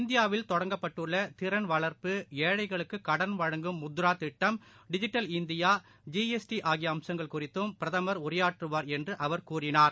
இந்தியாவில் தொடங்கப்பட்டுள்ளதிறன் வள்ப்பு ஏழைகளுக்குகடன் வழங்கம் முத்ராதிட்டம் digital India G S T ஆகியஅம்சங்கள் குறித்தும் பிரதமர் உரையாற்றுவார் என்றுஅவர் கூறினார்